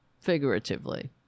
figuratively